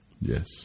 Yes